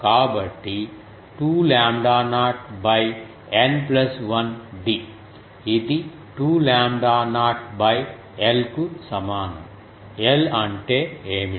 కాబట్టి 2 lambda naught N 1 d ఇది 2 lambda naught L కు సమానం L అంటే ఏమిటి